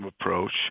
approach